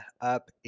up